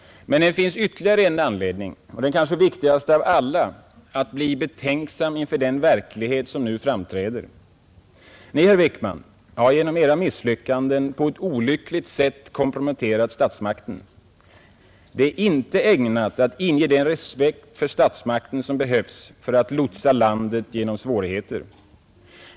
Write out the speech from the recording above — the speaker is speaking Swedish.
Men det finns ytterligare en anledning — den kanske viktigaste av alla — att bli betänksam inför den verklighet som framträder. Ni, herr Wickman, har genom Era misslyckanden på ett olyckligt sätt komprometterat statsmakten. Detta är inte ägnat att inge den respekt för statsmakten som behövs för att lotsa landet genom svårigheter.